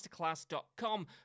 masterclass.com